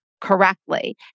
correctly